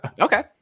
Okay